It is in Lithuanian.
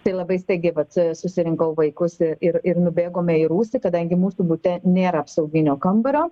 tai labai staigiai vat susirinkau vaikus ir ir nubėgome į rūsį kadangi mūsų bute nėra apsauginio kambario